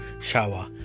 shower